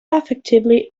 effectively